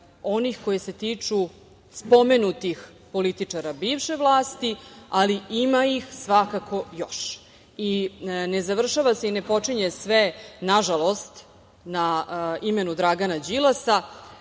onih koji se tiču spomenutih političara bivše vlasti, ali ima ih, svakako, još. Ne završava se i ne počinje sve, nažalost, na imenu Dragana Đilasa,